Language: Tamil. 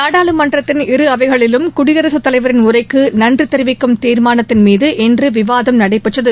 நாடாளுமன்றத்தின் இரு அவைகளிலும் குடியரசுத் தலைவரின் உரைக்கு நன்றி தெரிவிக்கும் தீர்மானத்தின் மீது இன்று விவாதம் நடைபெற்றது